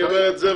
אני אומר את זה,